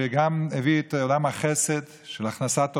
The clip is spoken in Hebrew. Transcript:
שגם הביא את עולם החסד של הכנסת אורחים.